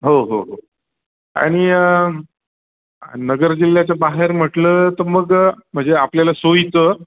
हो हो हो आणि नगर जिल्ह्याच्या बाहेर म्हटलं तर मग म्हणजे आपल्याला सोयीचं